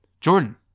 Jordan